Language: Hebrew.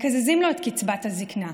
מקזזים לו את קצבת הזקנה.